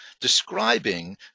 describing